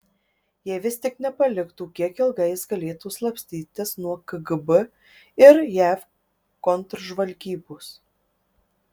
jei vis tik nepaliktų kiek ilgai jis galėtų slapstytis nuo kgb ir jav kontržvalgybos